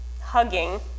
hugging